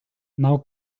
now